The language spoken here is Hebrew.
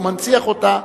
ומנציח אותה,